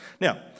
Now